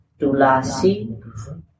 Tulasi